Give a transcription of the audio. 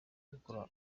gukora